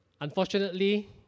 Unfortunately